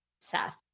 Seth